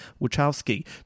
Wachowski